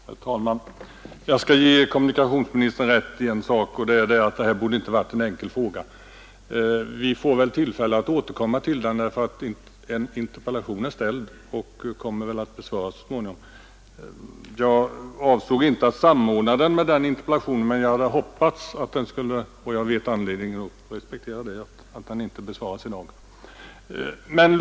Herr talman! Jag skall ge kommunikationsministern rätt i en sak: detta borde inte ha varit en enkel fråga. Men vi får väl tillfälle att återkomma, eftersom en interpellation i ämnet är ställd och väl så småningom kommer att besvaras. Jag avsåg inte att samordna den här diskussionen med den interpellationen; jag vet anledningen till att den inte besvaras i dag och jag respekterar skälet därtill.